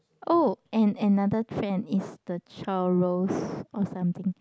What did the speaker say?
oh and another trend it's the churros or something